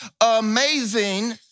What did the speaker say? amazing